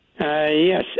Yes